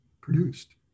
produced